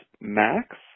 Max